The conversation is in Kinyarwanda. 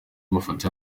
mafoto